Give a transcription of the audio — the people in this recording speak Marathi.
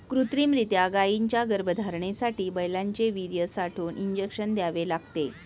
कृत्रिमरीत्या गायींच्या गर्भधारणेसाठी बैलांचे वीर्य साठवून इंजेक्शन द्यावे लागते